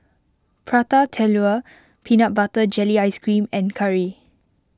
Prata Telur Peanut Butter Jelly Ice Cream and Curry